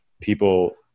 people